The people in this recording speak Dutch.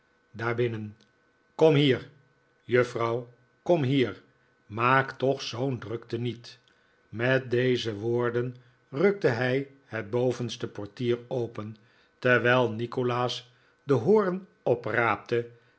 binnen kom hier juffrouw kom hier maak toch zoo'n drukte niet met deze woorden rukte hij het bovenste portier open terwijl nikolaas den hoorn opraapte en